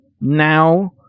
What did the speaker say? Now